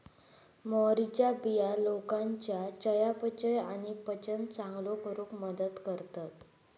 मोहरीच्या बिया लोकांच्या चयापचय आणि पचन चांगलो करूक मदत करतत